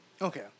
Okay